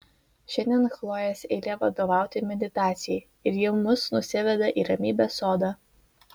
šiandien chlojės eilė vadovauti meditacijai ir ji mus nusiveda į ramybės sodą